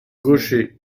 gaucher